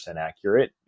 accurate